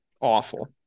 awful